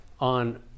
on